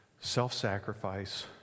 Self-sacrifice